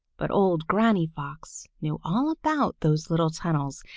but old granny fox knew all about those little tunnels,